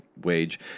wage